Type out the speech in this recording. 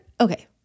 okay